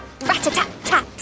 rat-a-tat-tat